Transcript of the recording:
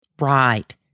Right